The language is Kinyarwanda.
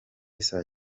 saa